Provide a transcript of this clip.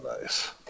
nice